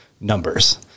numbers